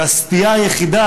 והסטייה היחידה,